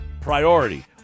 priority